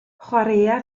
chwaraea